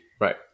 Right